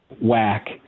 whack